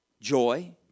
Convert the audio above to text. joy